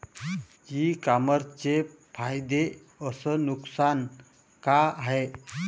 इ कामर्सचे फायदे अस नुकसान का हाये